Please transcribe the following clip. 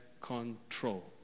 control